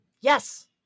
Yes